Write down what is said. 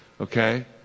Okay